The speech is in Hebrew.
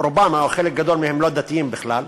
או רובם או חלק גדול מהם לא דתיים בכלל,